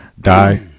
die